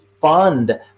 fund